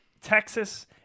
Texas